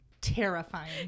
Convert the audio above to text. Terrifying